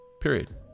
period